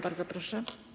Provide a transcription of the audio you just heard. Bardzo proszę.